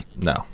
No